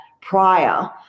prior